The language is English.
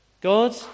God